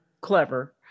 clever